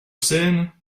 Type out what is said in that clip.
scène